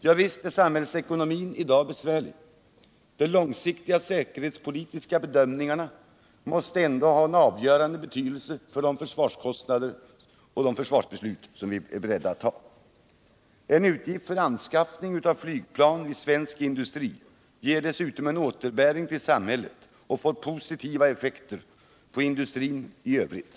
Ja, visst är samhällsekonomin i dag besvärlig. Men de långsiktiga säkerhetspolitiska bedömningarna måste ändå ha en avgörande betydelse för de försvarsbeslut som vi nu är beredda att fatta. En utgift för anskaffning av flygplan från svensk industri ger dessutom återbäring till samhället och får positiva effekter på industriutvecklingen i övrigt.